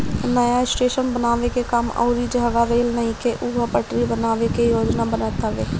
नया स्टेशन बनावे के काम अउरी जहवा रेल नइखे उहा पटरी बनावे के योजना बनत हवे